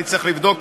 אני צריך לבדוק,